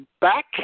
back